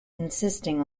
insisting